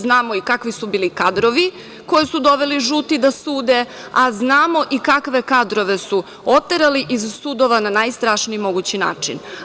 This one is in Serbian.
Znamo i kakvi su bili kadrovi koje su doveli žuti da sude, a znamo i kakva kadrove su oterali iz sudova na najstrašniji mogući način.